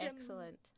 excellent